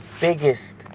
biggest